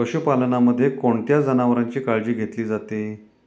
पशुपालनामध्ये कोणत्या जनावरांची काळजी घेतली जाते?